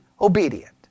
obedient